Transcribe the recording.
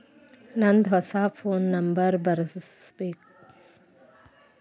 ನಂದ ಹೊಸಾ phone number ಬರಸಬೇಕ್ ಆಗೈತ್ರಿ ಎಲ್ಲೆ ಬರಸ್ಬೇಕ್ರಿ?